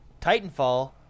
Titanfall